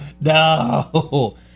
No